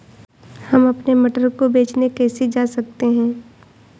हम अपने मटर को बेचने कैसे जा सकते हैं?